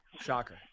Shocker